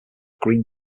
green